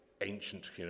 ancient